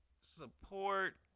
support